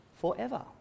forever